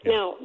Now